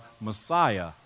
Messiah